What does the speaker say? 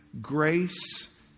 Grace